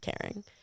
caring